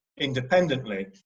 independently